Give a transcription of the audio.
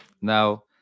Now